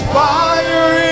fire